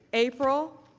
april